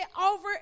over